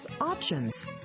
options